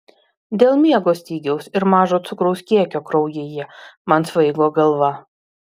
dėl miego stygiaus ir mažo cukraus kiekio kraujyje man svaigo galva